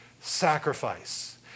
sacrifice